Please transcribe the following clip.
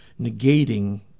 negating